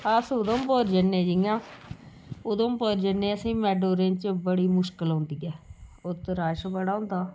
अस उधमपुर जन्ने जियां उधमपुर जन्ने असेंगी मैटाडोरें च बडी मुश्कल औंदी ऐ ओत्त रश बड़ा होंदा